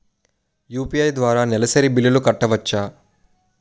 UPI ద్వారా నెలసరి బిల్లులు కట్టవచ్చా?